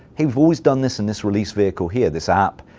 we've always done this in this release vehicle here, this app,